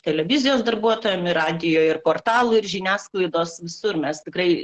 televizijos darbuotojam ir radijo ir portalų ir žiniasklaidos visur mes tikrai